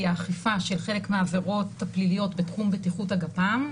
האכיפה של חלק מהעבירות הפליליות בתחום בטיחות הגפ"מ.